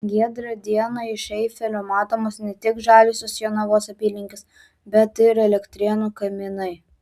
giedrą dieną iš eifelio matomos ne tik žaliosios jonavos apylinkės bet ir elektrėnų kaminai